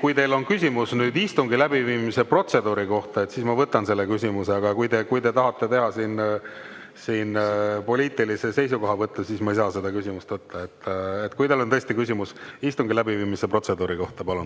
kui teil on küsimus istungi läbiviimise protseduuri kohta, siis ma võtan selle küsimuse, aga kui te tahate teha siin poliitilise seisukohavõtu, siis ma ei saa seda küsimust võtta. Kui teil on tõesti küsimus istungi läbiviimise protseduuri kohta,